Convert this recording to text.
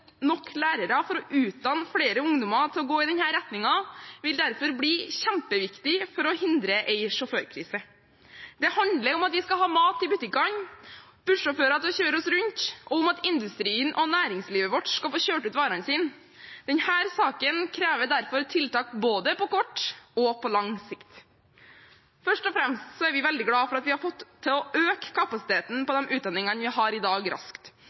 nok lærere for å utdanne flere ungdommer til å gå i denne retningen, vil derfor bli kjempeviktig for å hindre en sjåførkrise. Det handler om at vi skal ha mat i butikkene og bussjåfører til å kjøre oss rundt, og om at industrien og næringslivet vårt skal få kjørt ut varene sine. Denne saken krever derfor tiltak både på kort og på lang sikt. Først og fremst er vi veldig glade for at vi har fått til å øke kapasiteten på de utdanningene vi har i dag, raskt,